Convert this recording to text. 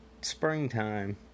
springtime